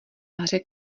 hře